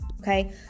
okay